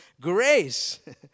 Grace